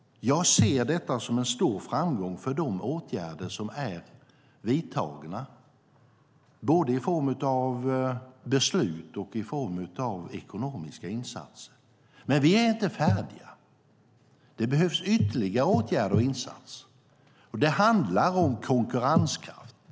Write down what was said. Jag ser detta som en stor framgång för de åtgärder som är vidtagna både i form av beslut och i form av ekonomiska insatser. Men vi är inte färdiga. Det behövs ytterligare åtgärder och insatser. Det handlar om konkurrenskraft.